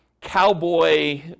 cowboy